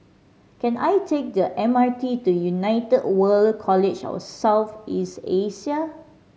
can I take the M R T to United World College of South East Asia